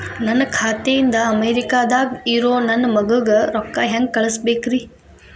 ನನ್ನ ಖಾತೆ ಇಂದ ಅಮೇರಿಕಾದಾಗ್ ಇರೋ ನನ್ನ ಮಗಗ ರೊಕ್ಕ ಹೆಂಗ್ ಕಳಸಬೇಕ್ರಿ?